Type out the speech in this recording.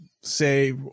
say